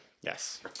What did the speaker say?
Yes